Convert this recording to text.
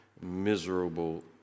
miserable